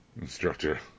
Instructor